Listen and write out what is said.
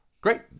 great